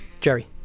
Jerry